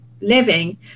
living